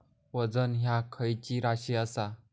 वजन ह्या खैची राशी असा?